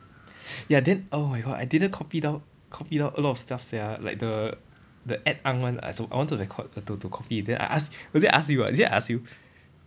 ya then oh my god I didn't copy down copy down a lot of stuff sia like the the add <UNK one I also I wanted to co~ to to copy then I ask was it I ask you is it I ask you